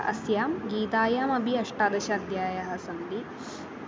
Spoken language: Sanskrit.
अस्यां गीतायाम् अपि अष्टादश अध्यायाः सन्ति